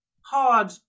hard